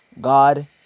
God